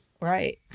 Right